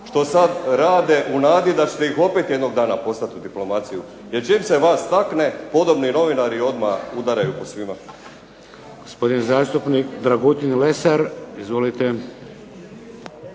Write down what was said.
što sad rade u nadi da ćete ih opet jednog dana poslati u diplomaciju, jer čim se vas takne podobni novinari odmah udaraju po svima.